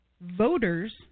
voters